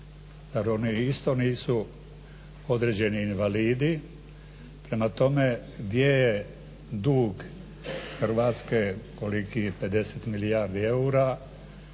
oni nisu isto određeni invalidi, prema tome gdje je dug Hrvatske kolikih 50 milijardi eura,